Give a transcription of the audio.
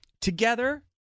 together